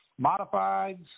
modifieds